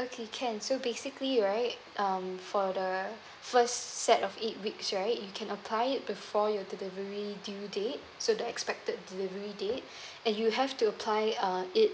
okay can so basically right um for the first set of eight weeks right you can apply it before your delivery due date to the expected delivery date and you have to apply ah it